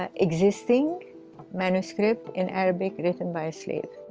ah existing manuscript in arabic written by a slave.